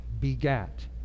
begat